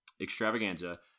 extravaganza